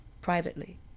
privately